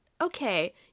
Okay